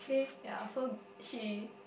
ya so she